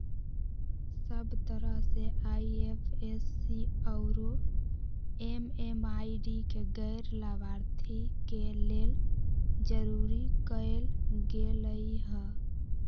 सब तरह से आई.एफ.एस.सी आउरो एम.एम.आई.डी के गैर लाभार्थी के लेल जरूरी कएल गेलई ह